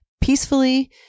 peacefully